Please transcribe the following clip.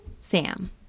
sam